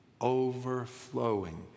overflowing